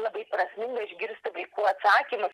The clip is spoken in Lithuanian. labai prasminga išgirsti vaikų atsakymus